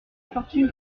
fortune